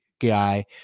guy